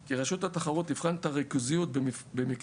כי רשות התחרות תבחן את הריכוזיות במקטע